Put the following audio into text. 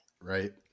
right